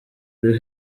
uri